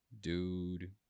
dude